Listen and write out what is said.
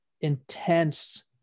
intense